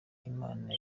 imana